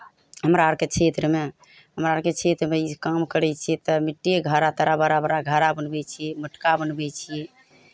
हमरा आरके क्षेत्रमे हमरा आरके क्षेत्रमे ई काम करै छियै तऽ मिट्टीके घड़ा तड़ा बड़ा बड़ा घड़ा बनबै छियै मटका बनबै छियै